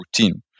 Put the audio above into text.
routine